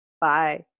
Bye